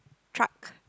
truck